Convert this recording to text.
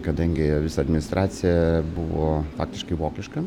kadangi visa administracija buvo faktiškai vokiška